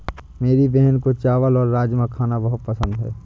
मेरी बहन को चावल और राजमा खाना बहुत पसंद है